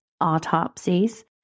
autopsies